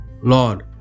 Lord